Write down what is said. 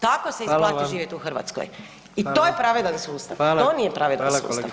Tako se isplati živjeti [[Upadica: Hvala vam.]] u Hrvatskoj [[Upadica: Hvala.]] I to je pravedan sustav [[Upadica: Hvala.]] to nije pravedan sustav.